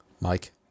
Mike